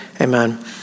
Amen